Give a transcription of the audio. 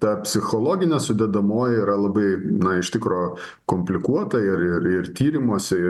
ta psichologinė sudedamoji yra labai na iš tikro komplikuota ir ir ir tyrimuose ir